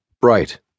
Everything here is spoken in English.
bright